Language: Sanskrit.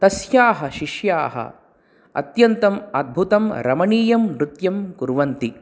तस्याः शिष्याः अत्यन्तम् अद्भुतं रमणीयं नृत्यं कुर्वन्ति